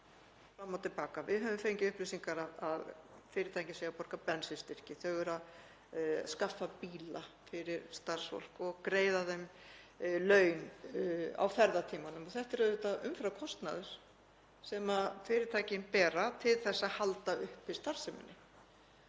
og til baka. Við höfum fengið upplýsingar um að fyrirtækin séu að borga bensínstyrki, þau séu að skaffa bíla fyrir starfsfólk og greiða því laun á ferðatímanum. Þetta er auðvitað umframkostnaður sem fyrirtækin bera til að halda uppi starfseminni.